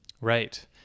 Right